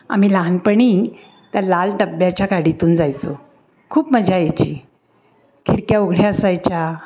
आम्ही लहानपणी त्या लाल डब्याच्या गाडीतून जायचो खूप मजा यायची खिडक्या उघड्या असायच्या